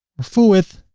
full width.